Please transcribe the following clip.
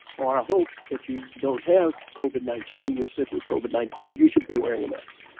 or i hope that you don't have covid nineteen. you're sick with covid nineteen, you should be wearing a mask.